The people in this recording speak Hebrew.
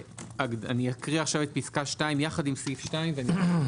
אקריא פסקה (2) עם סעיף 2 ואסביר.